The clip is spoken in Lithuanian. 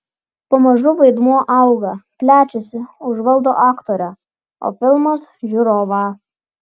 pamažu vaidmuo auga plečiasi užvaldo aktorę o filmas žiūrovą